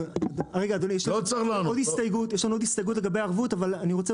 רגע, אדוני, יש לנו עוד --- לא צריך לענות.